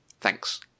Thanks